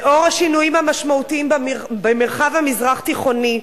לאור השינויים המשמעותיים במרחב המזרח-תיכוני,